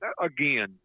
again